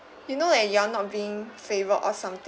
you know that you are not being favored or someth~